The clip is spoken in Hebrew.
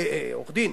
עורך-דין,